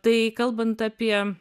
tai kalbant apie